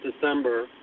December